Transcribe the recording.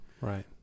Right